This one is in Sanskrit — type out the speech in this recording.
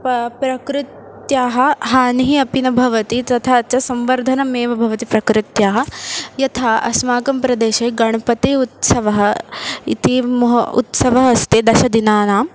प प्रकृतेः हानिः अपि न भवति तथा च संवर्धनमेव भवति प्रकृतेः यथा अस्माकं प्रदेशे गणपतिः उत्सवः इति महोत्सवः अस्ति दशदिनानां